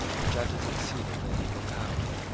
the judges exceeded their legal power.